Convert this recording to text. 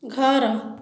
ଘର